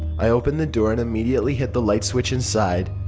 i opened the door and immediately hit the light switch inside.